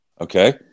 Okay